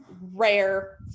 rare